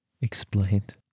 explained